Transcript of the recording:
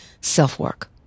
self-work